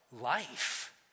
life